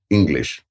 English